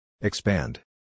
Expand